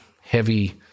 heavy